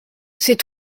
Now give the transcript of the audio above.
c’est